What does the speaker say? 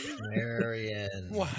Marion